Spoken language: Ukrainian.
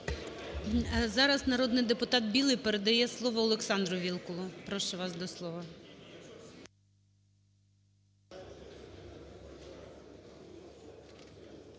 Зараз народний депутат Білий передає слово Олександру Вілкулу. Прошу вас до слова.